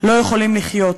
לא יכולים לחיות.